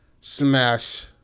smash